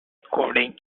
coding